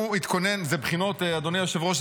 אדוני היושב-ראש,